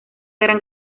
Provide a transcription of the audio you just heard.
gran